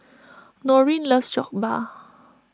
Norene loves Jokbal